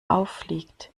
auffliegt